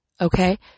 Okay